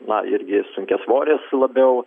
na irgi sunkiasvorės labiau